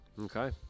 Okay